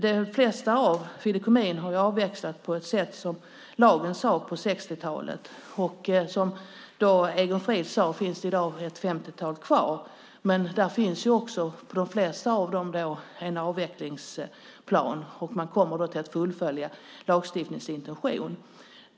De flesta av fideikommissen har ju avvecklats på det sätt som lagen föreskrev på 60-talet. Som Egon Frid sade finns det i dag ett 50-tal kvar, men för de flesta av dem finns en avvecklingsplan. Man kommer då att fullfölja lagstiftningens intention.